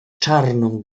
czarną